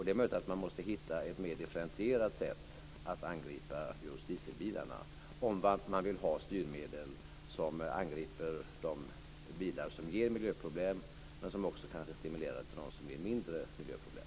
Det är möjligt att man måste hitta ett mer differentierat sätt att angripa just dieselbilarna, om man vill ha styrmedel som angriper de bilar som ger miljöproblem men som kanske också stimulerar dem som ger mindre miljöproblem.